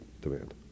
demand